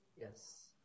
Yes